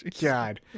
God